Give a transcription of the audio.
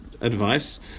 advice